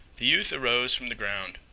the youth arose from the ground.